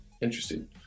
Interesting